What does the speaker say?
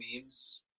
memes